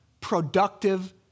productive